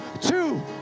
two